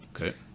Okay